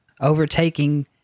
overtaking